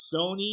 sony